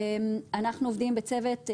אנחנו עובדים בצוות,